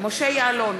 משה יעלון,